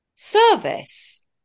Service